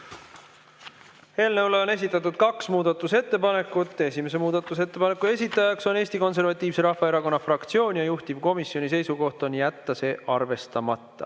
Eelnõu kohta on esitatud kaks muudatusettepanekut. Esimese muudatusettepaneku esitaja on Eesti Konservatiivse Rahvaerakonna fraktsioon ja juhtivkomisjoni seisukoht on jätta see arvestamata.